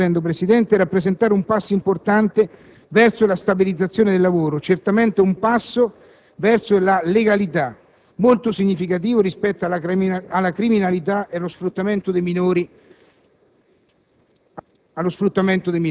Può, questa modalità, rappresentare un passo importante verso la stabilizzazione del lavoro, certamente un passo verso la legalità, molto significativo rispetto alla criminalità ed allo sfruttamento dei minori.